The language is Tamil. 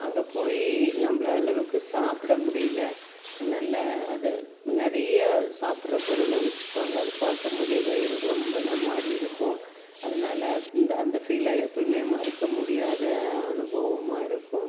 அங்கே போய் நம்மள் அளவுக்கு சாப்பிட முடியல நல்ல அது நிறையா சாப்பிட்ற பொருளை வச்சிப்பாங்கள் அது பார்க்கம்போதே வயிறு நொம்புனமாதிரி இருக்கும் அதனால அந்த அந்த ஃபீலை எப்போயுமே மறக்க முடியாத அனுபவமாக இருக்கும்